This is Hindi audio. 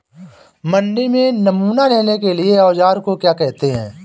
मंडी में नमूना लेने के औज़ार को क्या कहते हैं?